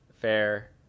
fair